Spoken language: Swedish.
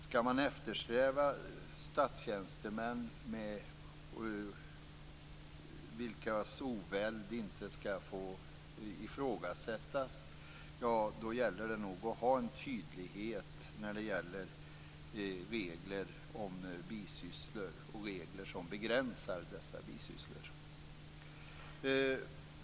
Skall man eftersträva statstjänstemän vilkas oväld inte skall få ifrågasättas gäller det nog att ha en tydlighet när det gäller regler om bisysslor och regler som begränsar dessa bisysslor.